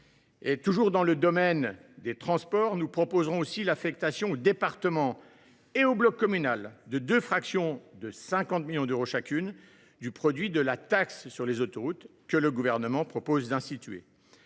Toujours dans le domaine des transports, nous proposerons aussi l’affectation aux départements et au bloc communal de deux fractions de 50 millions d’euros chacune du produit de la taxe sur les autoroutes que le Gouvernement propose d’instituer.